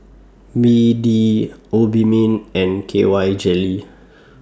B D Obimin and K Y Jelly